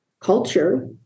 culture